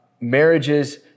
marriages